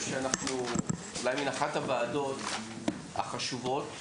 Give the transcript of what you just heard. שאנחנו אולי מן אחת הוועדות החשובות,